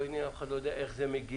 אף אחד לא יודע איך זה מגיע,